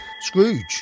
Scrooge